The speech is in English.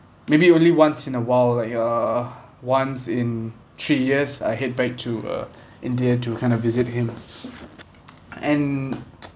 maybe only once in a while like uh once in three years I head back to uh india to kind of visit him and